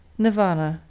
nirvana,